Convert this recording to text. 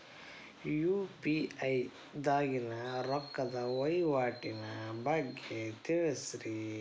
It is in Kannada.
ಯು.ಪಿ.ಐ ದಾಗಿನ ರೊಕ್ಕದ ವಹಿವಾಟಿನ ಬಗ್ಗೆ ತಿಳಸ್ರಿ